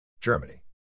Germany